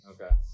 Okay